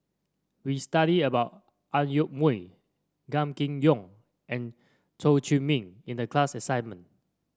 we studied about Ang Yoke Mooi Gan Kim Yong and Chew Chor Meng in the class assignment